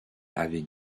avec